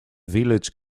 village